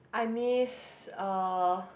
I miss uh